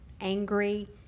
angry